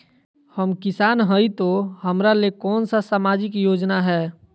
हम किसान हई तो हमरा ले कोन सा सामाजिक योजना है?